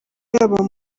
yaba